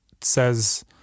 says